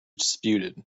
disputed